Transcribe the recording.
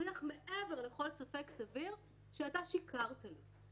להוכיח מעבר לכל ספק סביר שאתה שיקרת לי.